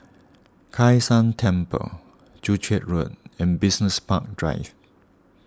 Kai San Temple Joo Chiat Road and Business Park Drive